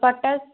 potash